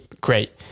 great